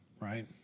right